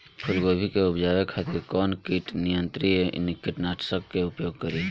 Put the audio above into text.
फुलगोबि के उपजावे खातिर कौन कीट नियंत्री कीटनाशक के प्रयोग करी?